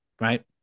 right